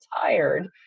tired